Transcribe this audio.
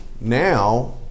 Now